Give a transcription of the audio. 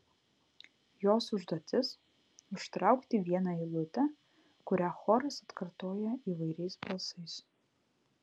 jos užduotis užtraukti vieną eilutę kurią choras atkartoja įvairiais balsais